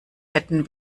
hätten